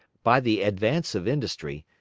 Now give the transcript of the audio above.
by the advance of industry,